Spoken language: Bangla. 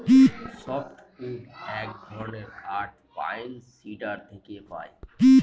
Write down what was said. সফ্ট উড এক ধরনের কাঠ পাইন, সিডর থেকে পাই